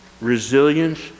resilience